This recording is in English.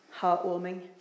heartwarming